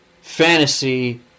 fantasy